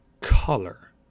color